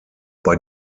bei